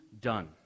done